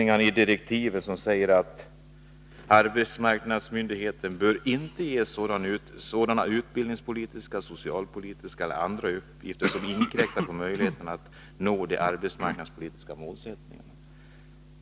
I direktiven sägs det att arbetsmarknadsmyndigheten inte bör ges sådana utbildningspolitiska, socialpolitiska eller andra uppgifter som inkräktar på möjligheten att nå de arbetsmarknadspolitiska målen.